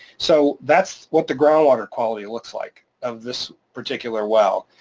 so that's what the groundwater quality it looks like of this particular well,